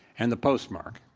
and the postmark.